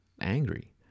angry